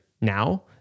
now